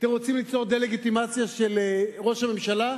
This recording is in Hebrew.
אתם רוצים ליצור דה-לגיטימציה של ראש הממשלה?